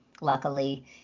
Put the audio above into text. luckily